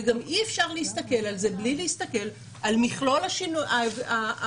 גם אי-אפשר להסתכל על זה בלי להסתכל על מכלול הכללים